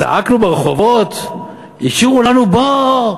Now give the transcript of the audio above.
צעקנו ברחובות: השאירו לנו בור,